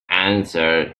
answer